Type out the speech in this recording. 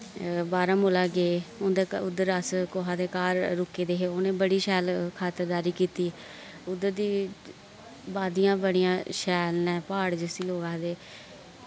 बारामूला गे उं'दे क उद्धर अस कुसै दे घर रुके दे हे उ'नैं बड़ी शैल खातरदारी कीती उद्धर दी वादियां बड़ियां शैल न प्हाड़ जिसी लोक आखदे